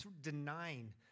denying